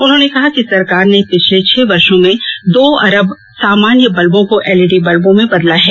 उन्होंने कहा कि सरकार ने पिछले छह वर्षो में दो अरब सामान्य बल्बों को एलईडी बल्बों में बदला है